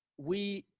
we,